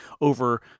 over